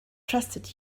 trusted